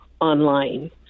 online